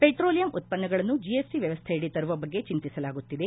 petroleum ಉತ್ವನ್ನಗಳನ್ನು GST ವ್ಯವಸ್ಥೆಯಡಿ ತರುವ ಬಗ್ಗೆ ಚಿಂತಿಸಲಾಗುತ್ತಿದೆ